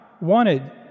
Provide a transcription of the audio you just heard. wanted